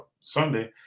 Sunday